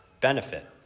benefit